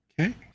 Okay